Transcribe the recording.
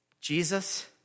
Jesus